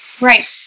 right